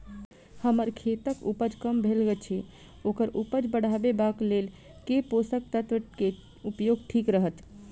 हम्मर खेतक उपज कम भऽ गेल अछि ओकर उपज बढ़ेबाक लेल केँ पोसक तत्व केँ उपयोग ठीक रहत?